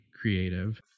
creative